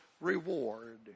reward